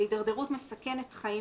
להידרדרות מסכנת חיים